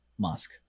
musk